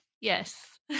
Yes